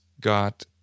got